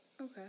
Okay